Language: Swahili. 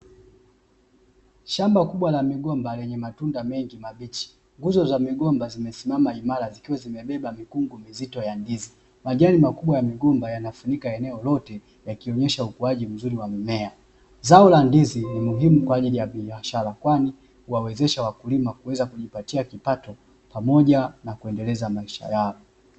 Shamba kubwa la migomba lenye matunda mengi mabichi. Nguzo za migomba zimesimama imara zikiwa zimebeba mikungu mizito ya ndizi. Majani makubwa ya migomba yanayofunika eneo lote yakionyesha ukuaji mzuri wa mimea. Zao la ndizi ni muhimu kwa ajili ya wafanyabiashara kwani huwawezesha wakulima kuweza kujipatia kipato pamoja na kuendeleza maisha yao.